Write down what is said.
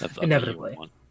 Inevitably